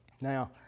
Now